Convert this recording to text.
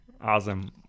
Awesome